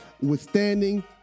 withstanding